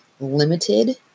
limited